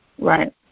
Right